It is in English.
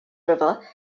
river